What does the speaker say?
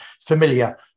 familiar